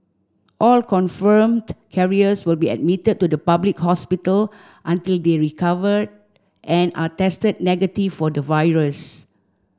all confirmed carriers will be admitted to a public hospital until they recover and are tested negative for the virus